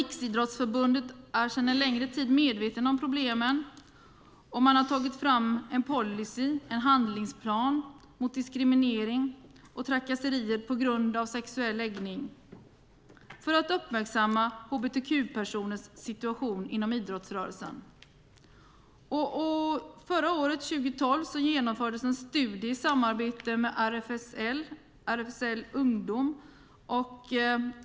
Riksidrottsförbundet är sedan en längre tid medvetet om problemen, och man har tagit fram en policy och en handlingsplan mot diskriminering och trakasserier på grund av sexuell läggning för att uppmärksamma hbtq-personers situation inom idrottsrörelsen. Förra året, 2012, genomfördes en studie i samarbete med RFSL ungdom.